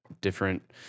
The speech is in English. different